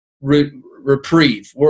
reprieve